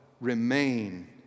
Remain